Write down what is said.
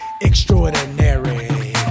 extraordinary